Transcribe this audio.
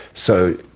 so,